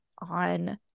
on